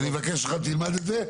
יופי, תלמד את זה.